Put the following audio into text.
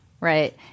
right